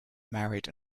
married